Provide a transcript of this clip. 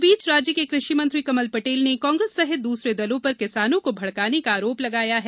इस बीच राज्य के कृषि मंत्री कमल पटेल ने कांग्रेस सहित दूसरे दलों पर किसानों को भड़काने का आरोप लगाया है